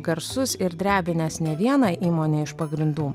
garsus ir drebinęs ne vieną įmonę iš pagrindų